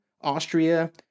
Austria